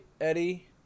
Eddie